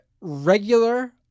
regular